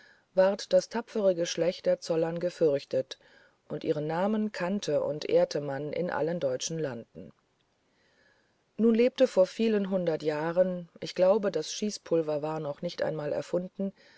ward das tapfere geschlecht der zollern gefürchtet und ihren namen kannte und ehrte man in allen deutschen landen nun lebte vor vielen hundert jahren ich glaube das schießpulver war noch nicht einmal erfunden